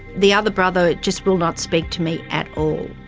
the other brother just will not speak to me at all.